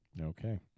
Okay